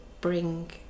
bring